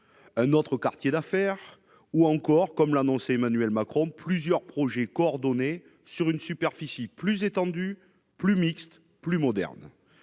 un autre quartier d'affaires ? Ou, comme l'a annoncé Emmanuel Macron, plusieurs projets coordonnés sur une superficie plus étendue, plus mixte et plus moderne